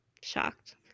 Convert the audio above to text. shocked